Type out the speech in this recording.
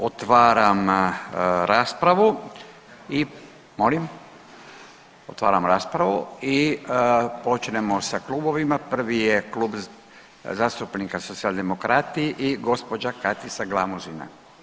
Otvaram raspravu i molim, otvaram raspravu i počnemo sa klubovima prvi je Klub zastupnika Socijaldemokrati i gospođa Katica Glamuzina.